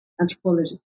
Anthropology